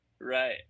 Right